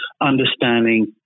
understanding